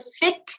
thick